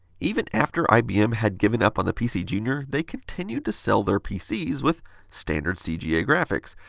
even after ibm had given up on the pcjr, you know they continued to sell their pcs with standard cga graphics.